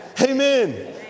Amen